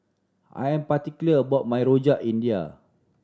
I am particular about my Rojak India